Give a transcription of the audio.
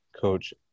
Coach